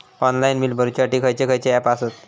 Online bill भरुच्यासाठी खयचे खयचे ऍप आसत?